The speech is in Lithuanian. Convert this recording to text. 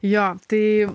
jo tai